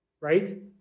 right